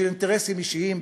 בשביל אינטרסים אישיים?